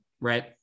Right